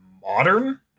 modern